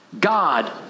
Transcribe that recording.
God